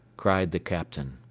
cried the captain.